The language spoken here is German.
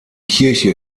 kirche